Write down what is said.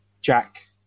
Jack